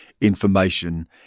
information